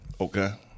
Okay